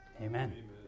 Amen